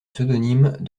pseudonyme